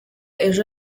ejo